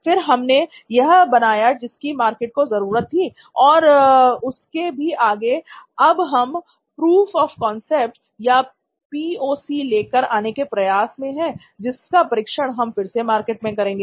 फिर हमने वह बनाया जिसकी मार्केट को जरूरत थी और उसके भी आगे अब हम प्रूफ ऑफ कांसेप्ट लेकर आने के प्रयास में है जिसका परीक्षण हम फिर से मार्केट में करेंगे